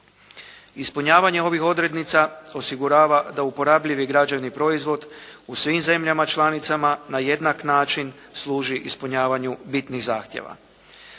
Ispunjavanje ovih odrednica osigurava da uporabljivi građevni proizvod u svim zemljama članicama na jednak način služi ispunjavanju bitnih zahtjeva.